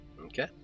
Okay